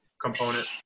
component